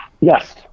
Yes